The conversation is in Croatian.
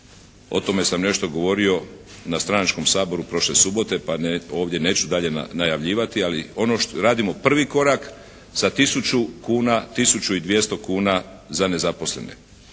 O tome sam nešto govorio na stranačkom saboru prošle subote, pa ovdje neću dalje najavljivati, ali radimo prvi korak sa tisuću kuna, tisuću